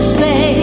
say